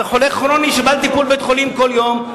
חולה כרוני שבא לטיפול בבית-חולים כל יום,